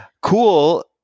cool